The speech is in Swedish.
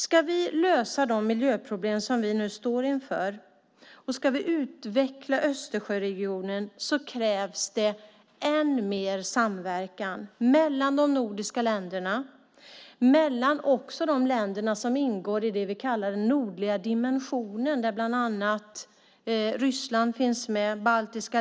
Ska vi lösa de miljöproblem som vi nu står inför och ska vi utveckla Östersjöregionen krävs det än mer samverkan mellan de nordiska länderna och också mellan de länder som ingår i det som vi kallar den nordliga dimensionen där bland annat Ryssland, baltiska länder och Norge finns med.